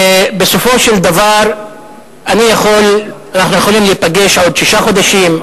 בסופו של דבר אנחנו יכולים להיפגש בעוד שישה חודשים,